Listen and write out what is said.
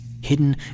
hidden